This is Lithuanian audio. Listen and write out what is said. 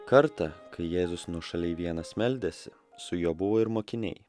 kartą kai jėzus nuošaliai vienas meldėsi su juo buvo ir mokiniai